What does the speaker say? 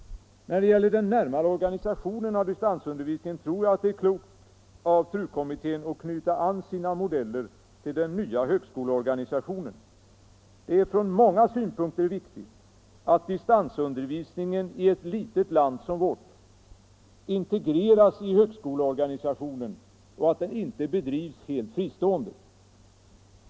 När det gäller den närmare organisationen av distansundervisning tror jag det är klokt av TRU-kommittén att knyta an sina modeller till den nya högskoleorganisationen. Det är från många synpunkter viktigt att distansundervisningen, i ett litet land som vårt, integreras i högskoleorganisationen och att den inte bedrivs helt fristående.